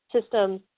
systems